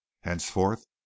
henceforth